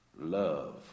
love